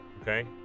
okay